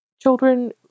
Children